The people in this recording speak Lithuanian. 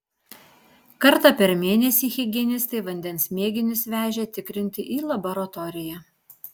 kartą per mėnesį higienistai vandens mėginius vežė tikrinti į laboratoriją